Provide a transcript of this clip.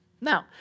Now